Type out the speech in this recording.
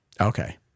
Okay